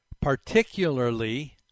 particularly